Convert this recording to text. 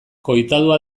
koitadua